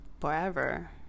forever